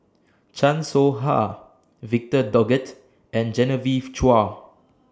Chan Soh Ha Victor Doggett and Genevieve Chua